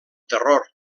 terror